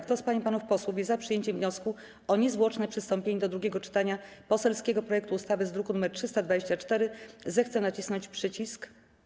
Kto z pań i panów posłów jest za przyjęciem wniosku o niezwłoczne przystąpienie do drugiego czytania poselskiego projektu ustawy z druku nr 324, zechce nacisnąć przycisk.